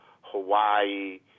Hawaii